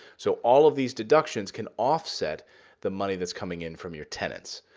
so all of these deductions can offset the money that's coming in from your tenants.